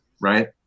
right